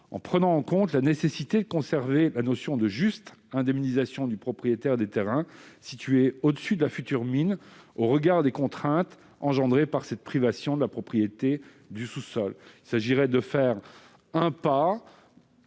en prenant en compte la nécessité de conserver la notion de juste indemnisation du propriétaire des terrains situés au-dessus de la future mine au regard des contraintes engendrées par cette privation de la propriété du sous-sol ». Il s'agirait de faire un pas